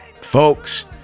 Folks